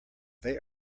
they